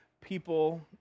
people